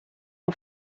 amb